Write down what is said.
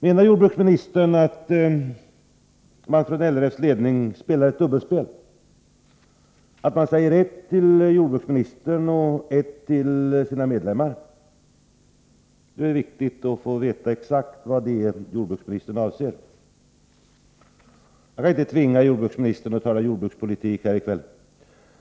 Menar jordbruksministern att LRF:s ledning spelar ett dubbelspel — att man säger ett till jordbruksministern och ett annat till sina medlemmar? Det är viktigt att få veta exakt vad jordbruksministern avser. Jag kan inte tvinga jordbruksministern att tala jordbrukspolitik här i kväll.